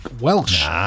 welsh